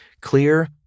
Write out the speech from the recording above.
Clear